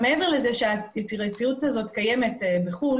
מעבר לכך שהיצירתיות הזאת קיימת בחוץ לארץ,